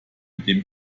dem